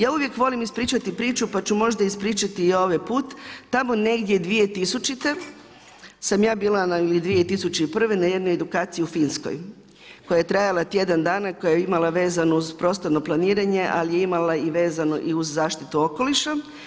Ja uvijek volim ispričati priču, pa ću možda ispričati i ovaj put, tamo negdje 2000. sam ja bila ili 2001. na jednoj edukaciji u Finskoj, koja je trajala tjedan dana, koja je imala vezano uz prostorno planiranje, ali je imala i vezano uz zaštitu okoliša.